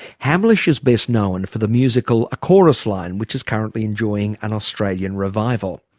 hamlisch is best known for the musical a chorus line, which is currently enjoying an australian revival.